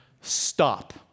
stop